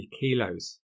kilos